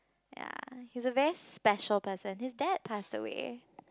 ya he's a very special person his dad passed away